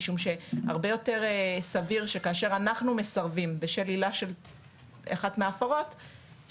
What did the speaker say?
משום שהרבה יותר סביר שכאשר אנחנו מסרבים בשל עילה של אחת מההפרות,